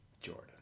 Jordan